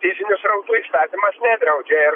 fizinių srautų įstatymas nedraudžia ir